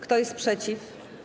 Kto jest przeciw?